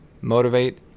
motivate